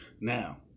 now